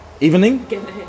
Evening